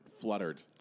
fluttered